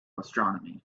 astronomy